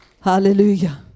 Hallelujah